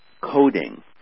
coding